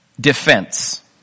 defense